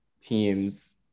teams